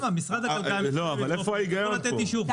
איפה ההיגיון פה?